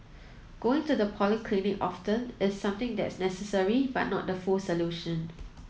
going to the polyclinic often is something that's necessary but not the full solution